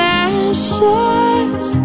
ashes